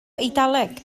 eidaleg